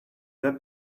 their